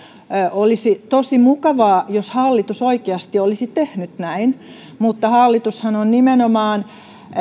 olisi tosi mukavaa jos hallitus oikeasti olisi tehnyt näin mutta hallitushan on nimenomaan